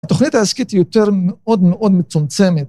התוכנית העסקית יותר מאוד מאוד מצומצמת.